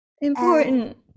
important